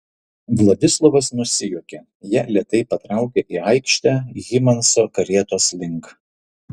vladislovas nusijuokė jie lėtai patraukė į aikštę hymanso karietos link